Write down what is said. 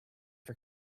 for